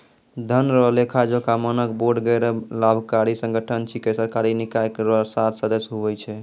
धन रो लेखाजोखा मानक बोर्ड गैरलाभकारी संगठन छिकै सरकारी निकाय रो सात सदस्य हुवै छै